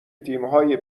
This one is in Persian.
تیمهای